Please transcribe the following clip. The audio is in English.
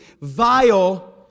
vile